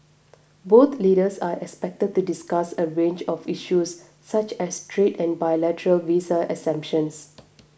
both leaders are expected to discuss a range of issues such as trade and bilateral visa exemptions